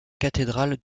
cathédrale